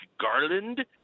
Garland